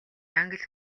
англи